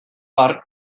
har